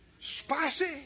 spicy